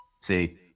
See